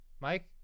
Mike